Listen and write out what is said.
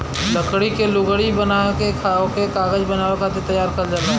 लकड़ी के लुगदी बना के ओके कागज बनावे खातिर तैयार करल जाला